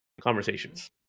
conversations